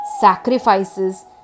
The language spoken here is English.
sacrifices